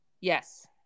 Yes